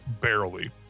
Barely